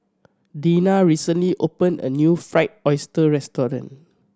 Dena recently opened a new Fried Oyster restaurant